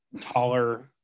taller